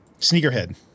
Sneakerhead